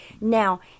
Now